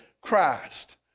Christ